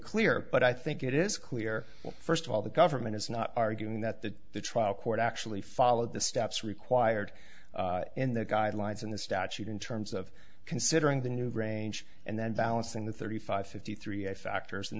clear but i think it is clear first of all the government is not arguing that that the trial court actually followed the steps required in the guidelines in the statute in terms of considering the new range and then balancing the thirty five fifty three i factors